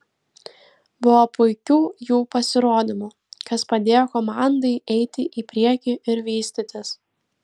buvo puikių jų pasirodymų kas padėjo komandai eiti į priekį ir vystytis